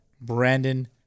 Brandon